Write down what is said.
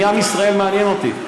אני, עם ישראל מעניין אותי.